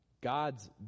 God's